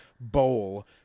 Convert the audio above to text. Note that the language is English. bowl